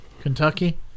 Kentucky